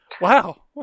wow